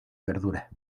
verduras